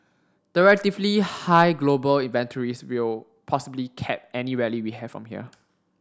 the relatively high global inventories will possibly cap any rally we have from here